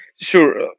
Sure